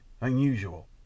unusual